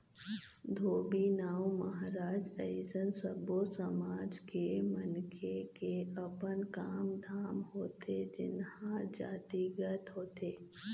धोबी, नाउ, महराज अइसन सब्बो समाज के मनखे के अपन काम धाम होथे जेनहा जातिगत होथे